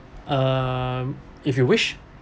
um if you wish